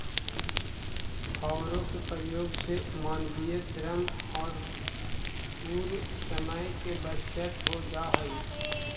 हौरो के प्रयोग से मानवीय श्रम औउर समय के बचत हो जा हई